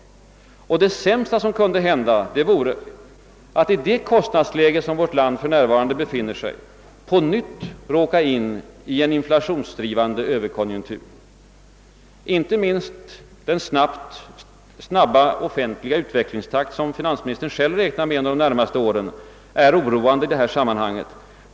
Och det sämsta som kunde hända vore att vi i det kostnadsläge, som vårt land för närvarande befinner sig i, på nytt råkar in i en inflationsdrivande överkonjunktur. Inte minst den snabba offentliga utvecklingstakt som finansministern själv räknar med under de närmaste åren är oroande i detta sammanhang.